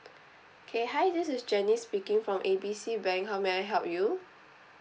okay hi this is jenny speaking from A B C bank how may I help you